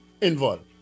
involved